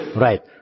Right